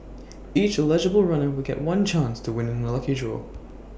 each eligible runner will get one chance to win in A lucky draw